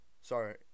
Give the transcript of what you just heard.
Sorry